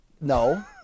No